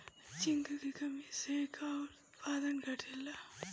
Zinc की कमी से का उत्पादन घटेला?